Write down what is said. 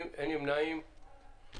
צריך לצמצם את זה ל-30 יום,